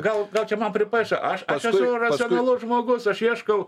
gal gal čia man pripaišo aš aš esu racionalus žmogus aš ieškau